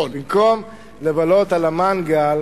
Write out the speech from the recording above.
במקום לבלות על המנגל